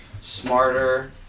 smarter